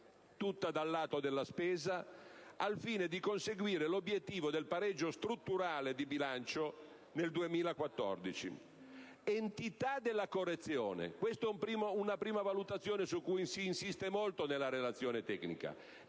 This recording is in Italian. tutta dal lato della spesa, al fine di conseguire l'obiettivo del pareggio strutturale di bilancio nel 2014. Entità della correzione (questa è una prima valutazione su cui si insiste molto nella relazione tecnica):